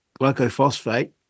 glycophosphate